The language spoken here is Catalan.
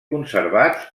conservats